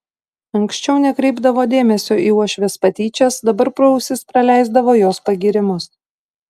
anksčiau nekreipdavo dėmesio į uošvės patyčias dabar pro ausis praleisdavo jos pagyrimus